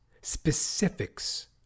Specifics